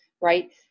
Right